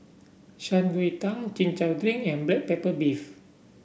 Shan Rui Tang Chin Chow Drink and Black Pepper Beef